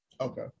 Okay